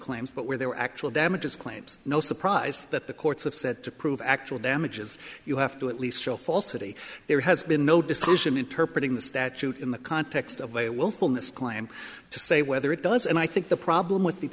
claims but where there are actual damages claims no surprise that the courts have said to prove actual damages you have to at least show falsity there has been no decision interpreted in the statute in the context of a willfulness claim to say whether it does and i think the problem with the